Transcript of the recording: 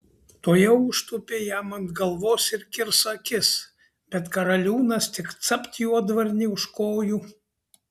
tuojau užtūpė jam ant galvos ir kirs akis bet karaliūnas tik capt juodvarnį už kojų